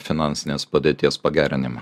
finansinės padėties pagerinimą